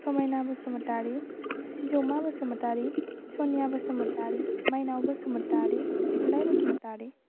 Samaina Basumatary Sijouma Basumatary Saniya Basumatary Mainao Basumatary Thunlai Basumatary